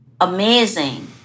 amazing